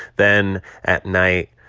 then at night,